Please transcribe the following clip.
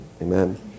Amen